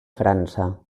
frança